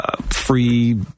free